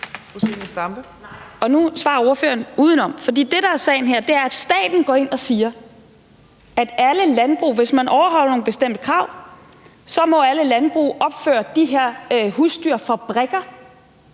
Nu svarer ordføreren udenom, for det, der er sagen her, er, at staten går ind og siger, at alle landbrug, hvis de overholder nogle bestemte krav, må opføre de her husdyrfabrikker,